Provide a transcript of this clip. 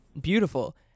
beautiful